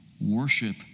worship